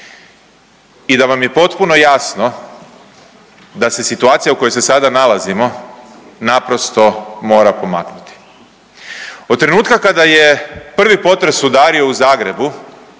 i da vam je potpuno jasno da se situacija u kojoj se sada nalazimo naprosto mora pomaknuti. Od trenutka kada je prvi potres udario u Zagrebu